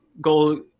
goal